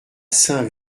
saint